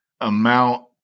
amount